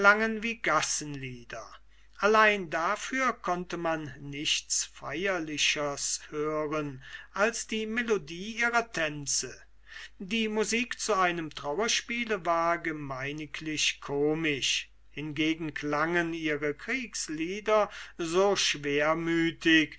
wie gassenlieder allein dafür konnte man nichts feierlichers hören als die melodie ihrer tänze die musik zu einem trauerspiel war gemeiniglich komisch hingegen klangen ihre kriegslieder so schwermütig